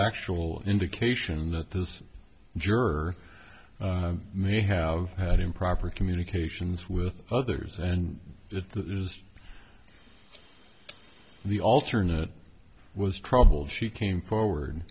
actual indication that this juror may have had improper communications with others and that the the alternate was troubled she came forward